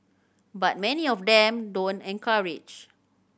but many of them don't encourage